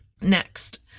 Next